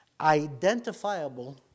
identifiable